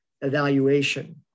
evaluation